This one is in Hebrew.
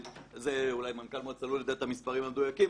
אולי מנכ"ל מועצת הלול יודע את המספרים המדויקים,